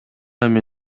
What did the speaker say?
эми